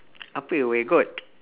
ah pek where got